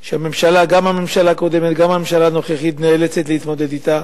שגם הממשלה הקודמת וגם הממשלה הנוכחית נאלצות להתמודד אתם,